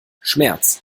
schmerz